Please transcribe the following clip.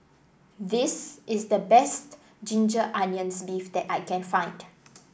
this is the best Ginger Onions beef that I can find